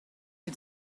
had